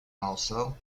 also